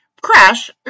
crash